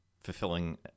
fulfilling